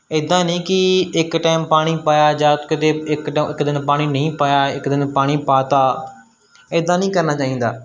ਇੱਦਾਂ ਨਹੀਂ ਕਿ ਇੱਕ ਟਾਈਮ ਪਾਣੀ ਪਾਇਆ ਜਾ ਕਿਤੇ ਇੱਕ ਤਾਂ ਇੱਕ ਦਿਨ ਪਾਣੀ ਨਹੀਂ ਪਾਇਆ ਇੱਕ ਦਿਨ ਪਾਣੀ ਪਾ ਤਾ ਇੱਦਾਂ ਨਹੀਂ ਕਰਨਾ ਚਾਹੀਦਾ